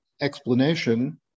explanation